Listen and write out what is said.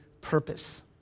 purpose